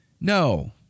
No